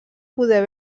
poder